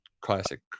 Classic